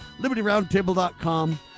LibertyRoundtable.com